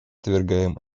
отвергаем